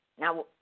Now